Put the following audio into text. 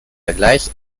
vergleich